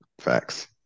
Facts